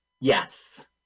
Yes